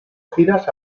giras